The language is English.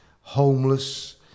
homeless